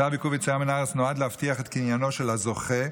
צו עיכוב יציאה מהארץ נועד להבטיח את קניינו של הזוכה,